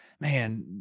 man